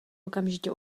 okamžitě